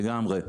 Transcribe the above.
לגמרי.